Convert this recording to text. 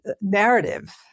narrative